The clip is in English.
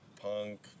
punk